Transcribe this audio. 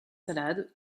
salades